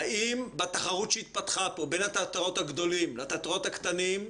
האם בתחרות שהתפתחה פה בין התיאטראות הגדולים לתיאטראות הקטנים,